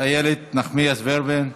איילת נחמיאס ורבין,